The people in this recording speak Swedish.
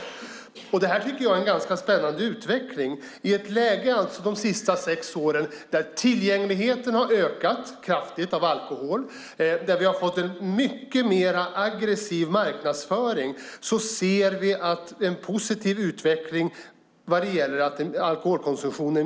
Det här är en spännande utveckling. Under de senaste sex åren har tillgängligheten på alkohol ökat kraftigt, och vi har fått en mer aggressiv marknadsföring. Samtidigt ser vi en minskad alkoholkonsumtion.